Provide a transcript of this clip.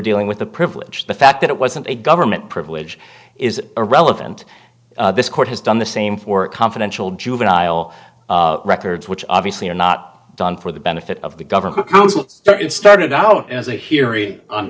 dealing with the privilege the fact that it wasn't a government privilege is irrelevant this court has done the same for confidential juvenile records which obviously are not done for the benefit of the governor started out as a hearing